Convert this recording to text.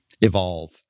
evolve